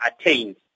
attained